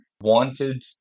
wanted